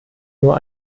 nur